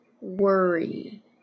worry